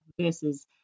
versus